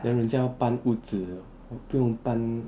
then 人家要搬屋子不用搬